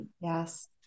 Yes